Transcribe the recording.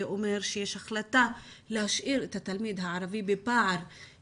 זה אומר שיש החלטה להשאיר את התלמיד הערבי בפער,